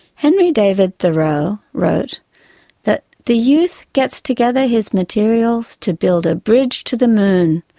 henry david thoreau wrote that the youth gets together his materials to build a bridge to the moon,